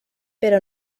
pero